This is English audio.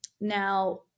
Now